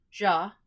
ja